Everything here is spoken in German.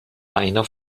einer